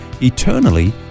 eternally